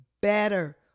better